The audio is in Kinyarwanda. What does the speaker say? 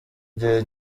gihe